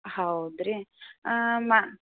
ಹೌದು ರೀ ಮಾ